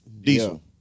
diesel